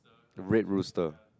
Red Rooster